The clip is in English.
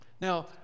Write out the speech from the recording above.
Now